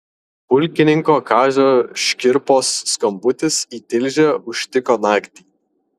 pulkininko kazio škirpos skambutis į tilžę užtiko naktį